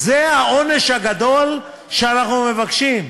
זה העונש הגדול שאנחנו מבקשים.